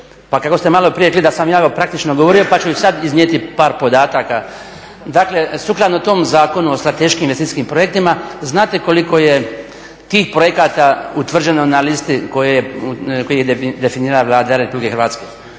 Pa kako ste maloprije rekli da sam ja praktično govorio, pa ću i sad iznijeti par podataka. Dakle, sukladno tom Zakonu o strateškim estetskim projektima znate koliko je tih projekata utvrđeno na listi koje je definirala Vlada RH?